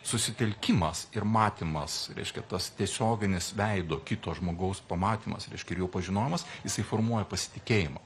susitelkimas ir matymas reiškia tas tiesioginis veido kito žmogaus pamatymas reiškia ir jo pažinojimas jisai formuoja pasitikėjimą